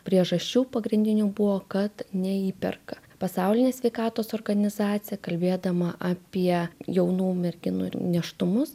priežasčių pagrindinių buvo kad neįperka pasaulinė sveikatos organizacija kalbėdama apie jaunų merginų nėštumus